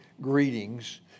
greetings